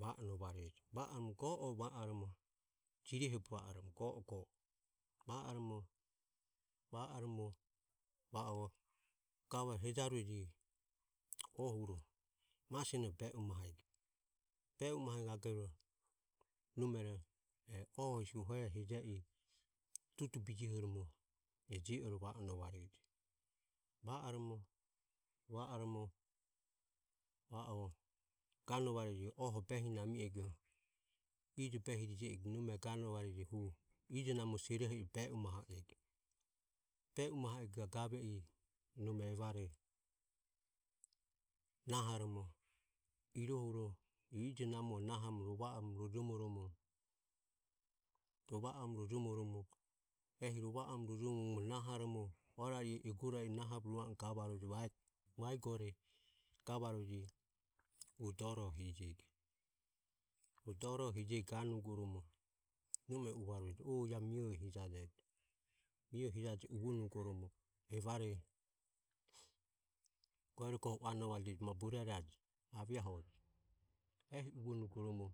va onovareje. Va oromo go o va oromo jirehobe va are go go va oromo va oromo va o hejarueje ohuro ma sionoho be umahego be umaham gagoro nomero o hesi hueho heje i tutubijiohoromo e je ore va onovareje. Va oromo va oromo va o ganovareje oho behire nami ego ijebehire nami ego nome ganovareje. Hu ije namore serohe i be umaho ego be umaho ego gave i nome evare nahoromo irohuro ije name nahoromo rova orojomoromo rova orojomoromo ehi rova orojomoromo nahoromo orari e egore i nahoromo nahobe va i gavarueje vaegore gavarueje hu dore hijego. Hu dore hijego ganugoromo nome uvarueje o iae hu hijajejo. Mie hijaje uvonugoromo evare goerogoho uanovade ma burero aviahojo ehi uvonugoromo.